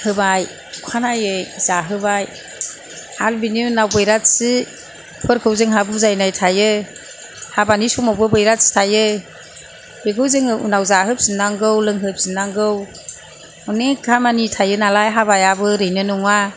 होबाय अखानायै जाहोबाय आरो बिनि उनाव बैराथिफोरखौ जोंहा बुजायनाय थायो हाबानि समाव बैराथि थायो बेखौ जोङो उनाव जाहोफिनांगौ लोंहोफिन्नांगौ अनेख खामानि थायो नालाय हाबायाबो ओरैनो नङा